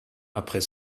après